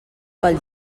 pel